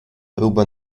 próbę